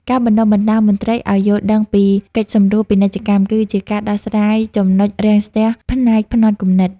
ការបណ្ដុះបណ្ដាលមន្ត្រីឱ្យយល់ដឹងពី "កិច្ចសម្រួលពាណិជ្ជកម្ម" គឺជាការដោះស្រាយចំណុចរាំងស្ទះផ្នែកផ្នត់គំនិត។